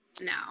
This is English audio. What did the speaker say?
No